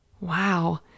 Wow